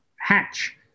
hatch